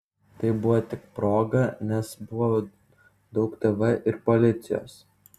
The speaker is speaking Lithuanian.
tai buvo tik proga nes buvo daug tv ir policijos